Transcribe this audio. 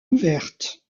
ouvertes